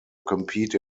compete